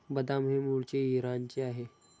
बदाम हे मूळचे इराणचे आहे